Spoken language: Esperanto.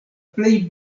plej